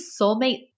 soulmate